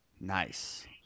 Nice